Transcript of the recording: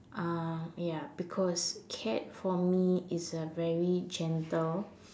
um ya because cat for me is a very gentle